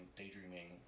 daydreaming